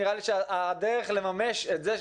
נראה לי שהדרך לממש את זה,